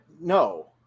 no